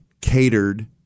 catered